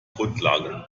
grundlage